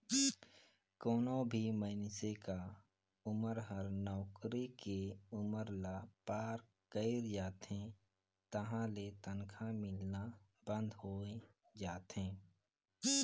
कोनो भी मइनसे क उमर हर नउकरी के उमर ल पार कइर जाथे तहां ले तनखा मिलना बंद होय जाथे